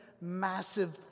massive